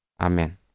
Amen